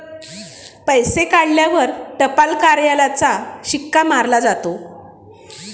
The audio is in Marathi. पैसे काढल्यावर टपाल कार्यालयाचा शिक्का मारला जातो